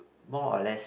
more or less